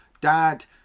Dad